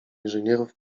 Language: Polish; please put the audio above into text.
inżynierów